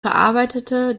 verarbeitete